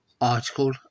article